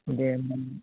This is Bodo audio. दे नों